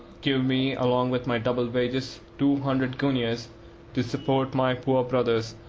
give me, along with my double wages, two hundred guineas to support my poor brothers,